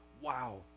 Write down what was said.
Wow